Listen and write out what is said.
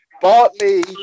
Bartley